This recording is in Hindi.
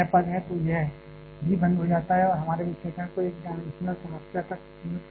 तो यह भी बंद हो जाता है और हमारे विश्लेषण को एक डायमेंशनल समस्या तक सीमित कर देता है